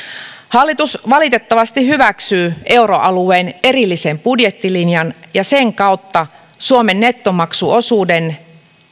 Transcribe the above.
hallitus valitettavasti hyväksyy euroalueen erillisen budjettilinjan ja sen kautta suomen nettomaksuosuuden